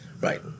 Right